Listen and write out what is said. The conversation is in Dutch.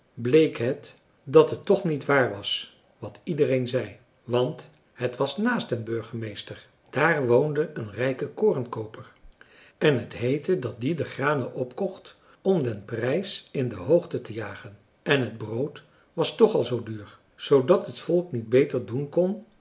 bleek het dat het toch niet waar was wat iedereen zei want het was naast den burgemeester daar woonde een rijke korenkooper en het heette dat die de granen opkocht om den prijs in de hoogte te jagen en het brood was toch al zoo duur zoodat het volk niet beter doen kon